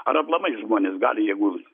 ar aplamai žmonės gali jeigu